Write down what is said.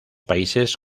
países